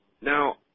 Now